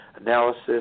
analysis